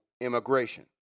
immigration